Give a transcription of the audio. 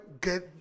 get